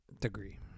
degree